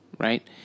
right